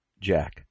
JACK